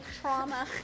trauma